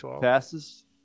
passes